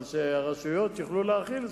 אבל שהרשויות יוכלו להחיל זאת.